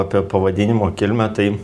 apie pavadinimo kilmę tai